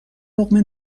لقمه